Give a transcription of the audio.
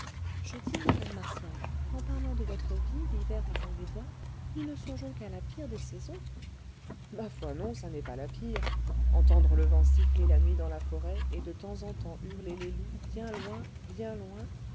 je dis madame martial qu'en parlant de votre vie l'hiver au fond des bois nous ne songeons qu'à la pire des saisons ma foi non ça n'est pas la pire entendre le vent siffler la nuit dans la forêt et de temps en temps hurler les loups bien loin bien loin